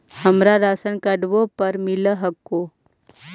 हमरा राशनकार्डवो पर मिल हको?